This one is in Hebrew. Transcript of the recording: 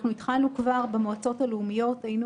התחלנו כבר במועצות הלאומיות - היינו